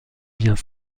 vient